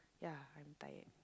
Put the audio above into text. ya I'm tired